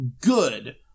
good